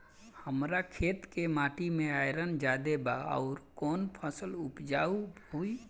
हमरा खेत के माटी मे आयरन जादे बा आउर कौन फसल उपजाऊ होइ?